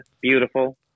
Beautiful